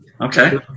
Okay